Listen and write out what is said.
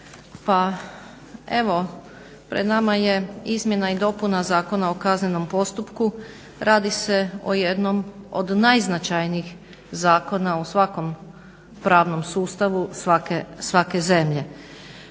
kolege. Pred nama je izmjena i dopuna Zakona o kaznenom postupku. Radi se o jednom od najznačajnijih zakona u svakom pravnom sustavu svake zemlje